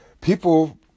people